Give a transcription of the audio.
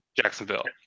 Jacksonville